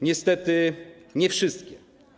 Niestety nie wszystkie.